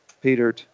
Peter